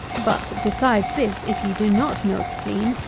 but, besides this, if you do not milk clean,